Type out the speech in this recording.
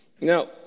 Now